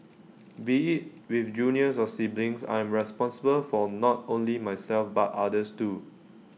be IT with juniors or siblings I'm responsible for not only myself but others too